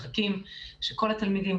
מחכים שכל התלמידים,